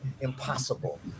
impossible